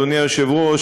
אדוני היושב-ראש,